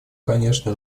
конечно